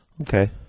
Okay